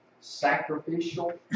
sacrificial